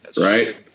right